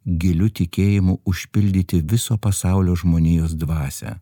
giliu tikėjimu užpildyti viso pasaulio žmonijos dvasią